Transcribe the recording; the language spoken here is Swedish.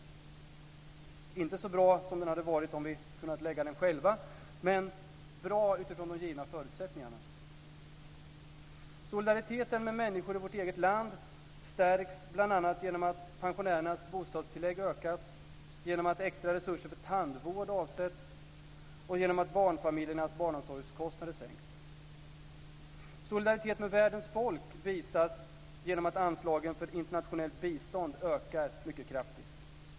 Den är inte så bra som den hade varit om vi hade kunnat lägga fram den själva, men den är bra utifrån de givna förutsättningarna. Solidariteten med människor i vårt eget land stärks bl.a. genom att pensionärernas bostadstillägg ökas, genom att extra resurser för tandvård avsätts och genom att barnfamiljernas barnomsorgskostnader sänks. Solidaritet med världens folk visas genom att anslagen för internationellt bistånd ökar mycket kraftigt.